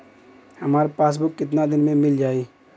हमार पासबुक कितना दिन में मील जाई?